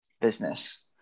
business